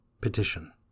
Petition